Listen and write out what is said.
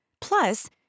Plus